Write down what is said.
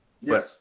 Yes